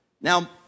Now